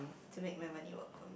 to make my money work for